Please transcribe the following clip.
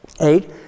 Eight